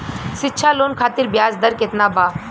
शिक्षा लोन खातिर ब्याज दर केतना बा?